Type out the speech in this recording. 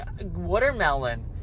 watermelon